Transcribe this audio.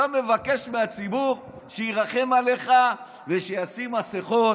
אתה מבקש מהציבור שירחם עליך ושישים מסכות.